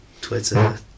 Twitter